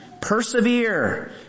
Persevere